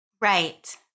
Right